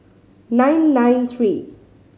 nine nine three